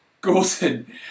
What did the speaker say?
gordon